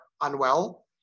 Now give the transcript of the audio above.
unwell